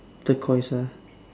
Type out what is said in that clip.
turquoise ah